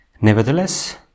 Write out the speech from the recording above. nevertheless